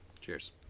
Cheers